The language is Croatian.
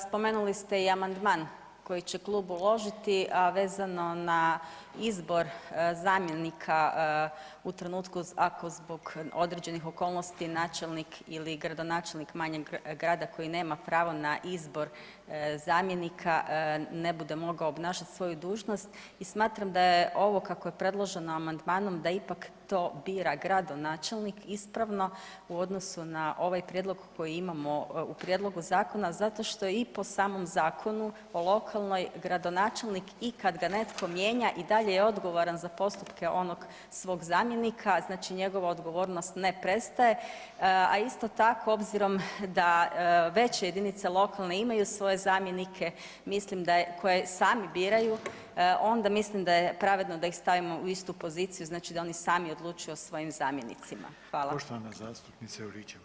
Spomenuli ste i amandman koji će klub uložiti, a vezano na izbor zamjenika u trenutku ako zbog određenih okolnosti načelnik ili gradonačelnik manjeg grada koji nema pravo na izbor zamjenika ne bude mogao obnašati svoju dužnost i smatram da je ovo kako je predloženo amandmanom da ipak to bira gradonačelnik ispravno u odnosu na ovaj prijedlog koji imamo u prijedlogu zakona zato što je i po samom zakonu po lokalnoj, gradonačelnik i kad ga netko mijenja, i dalje je odgovoran za postupke onog svog zamjenika, znači njegova odgovornost ne prestaje, a isto tako, obzirom da veće jedinice lokalne imaju svoje zamjenike, mislim da, koje sami biraju, onda mislim da je pravedno da ih stavimo u istu poziciju, znači da oni sami odlučuju o svojim zamjenicima.